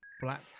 Black